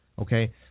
okay